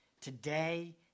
today